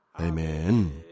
Amen